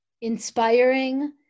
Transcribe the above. inspiring